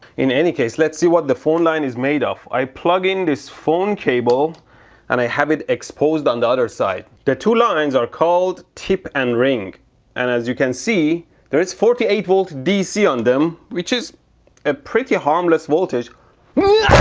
in any case, let's see what the phone line is made of. i plug in this phone cable and i have it exposed on the other side the two lines are called tip and ring and as you can see there is forty eight volt dc on them which is a pretty harmless voltage